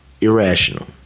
irrational